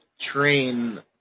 train